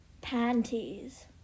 Panties